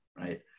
Right